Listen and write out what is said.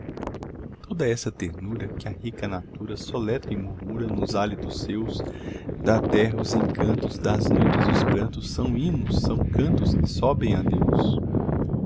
toda essa ternura que a rica natura soletra e murmura nos hálitos seus da terra os encantos das noites os prantos são hinos são cantos que sobem a deus